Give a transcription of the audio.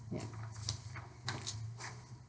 ya